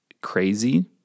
crazy